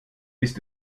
ist